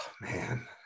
man